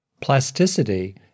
Plasticity